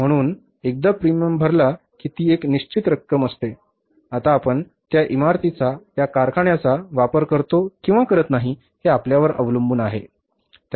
म्हणून एकदा प्रीमियम भरला की ती एक निश्चित रक्कम असते आता आपण त्या इमारतीचा त्या कारखान्याचा वापर करतो किंवा करत नाही ते आपल्यावर अवलंबून आहे